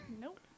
Nope